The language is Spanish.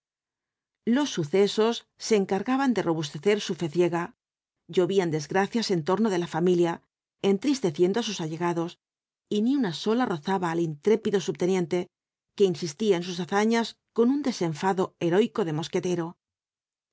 los sucesos se encargaban de robustecer su fe ciega llovían desgracias en torno de la familia entristeciendo á sus allegados y ni una sola rozaba al intrépido subteniente que insistía en sus hazañas con un desen fado heroico de mosquetero